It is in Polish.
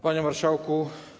Panie Marszałku!